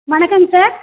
வணக்கம் சார்